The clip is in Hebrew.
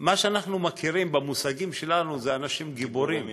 מה שאנחנו מכירים במושגים שלנו זה אנשים גיבורי מלחמה.